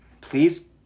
Please